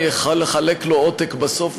אני אחלק לו עותק בסוף,